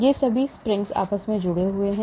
वे सभी स्प्रिंग्स द्वारा जुड़े हुए हैं